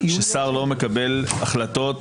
שואלת שאלה עניינית לגוף נוסח ההצעה.